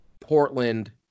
Portland